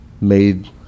made